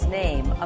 name